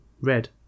Red